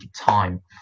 time